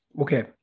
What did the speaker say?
Okay